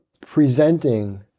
presenting